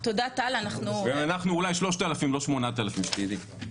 ואנחנו אולי 3,000 לא 8,000, שתדעי.